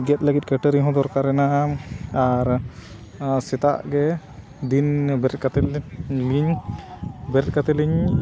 ᱜᱮᱫ ᱞᱟᱹᱜᱤᱫ ᱠᱟᱹᱴᱟᱹᱨᱤ ᱦᱚᱸ ᱫᱚᱨᱠᱟᱨ ᱮᱱᱟ ᱟᱨ ᱥᱮᱛᱟᱜ ᱜᱮ ᱫᱤᱱ ᱵᱮᱨᱮᱫ ᱠᱟᱛᱮ ᱞᱤᱧ ᱵᱮᱨᱮᱫ ᱠᱟᱛᱮᱫ ᱞᱤᱧ